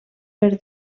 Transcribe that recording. per